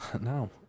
No